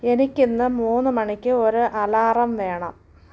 എനിക്കിന്ന് മൂന്ന് മണിക്ക് ഒരു അലാറം വേണം